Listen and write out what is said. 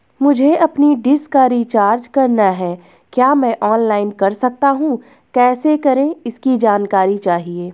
मुझे अपनी डिश का रिचार्ज करना है क्या मैं ऑनलाइन कर सकता हूँ कैसे करें इसकी जानकारी चाहिए?